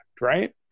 right